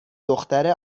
دختره